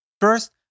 First